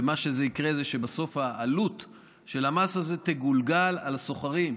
ומה שיקרה זה שבסוף העלות של המס הזה תגולגל על השוכרים,